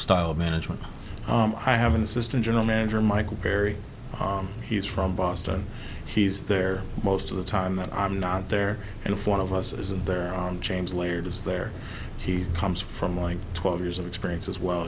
style of management i have an assistant general manager michael berry he's from boston he's there most of the time that i'm not there and if one of us isn't there james layard is there he comes from like twelve years of experience as well